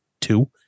Two